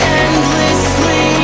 endlessly